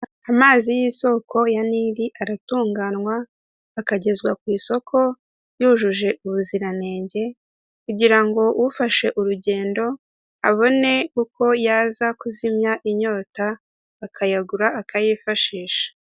Amazi y'isoko ya nili aratunganywa akagezwa ku isoko yujuje ubuziranenge, kugirango ufashe urugendo abone uko yaza kuzimya inyota, akayagura akayifashisha.